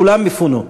כולם יפונו.